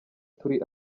turi